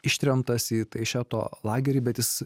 ištremtas į taišeto lagerį bet jis